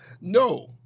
No